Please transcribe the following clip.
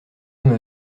homme